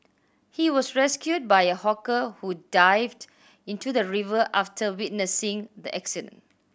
he was rescued by a hawker who dived into the river after witnessing the accident